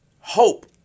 hope